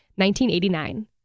1989